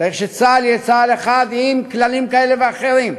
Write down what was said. ושצה"ל יהיה צה"ל אחד, עם כללים כאלה ואחרים.